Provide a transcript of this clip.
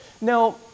Now